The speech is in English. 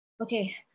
okay